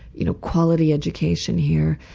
you know, quality education here.